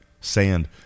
sand